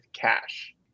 cash